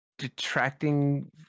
detracting